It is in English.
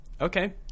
Okay